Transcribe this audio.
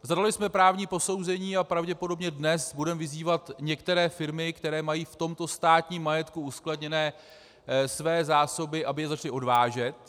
Zadali jsme právní posouzení a pravděpodobně dnes budeme vyzývat některé firmy, které mají v tomto státním majetku uskladněné své zásoby, aby je začaly odvážet.